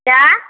क्या